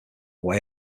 way